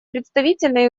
представительной